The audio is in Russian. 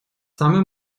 самым